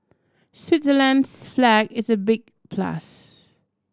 Switzerland's flag is a big plus